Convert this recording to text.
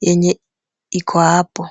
yenye iko hapo.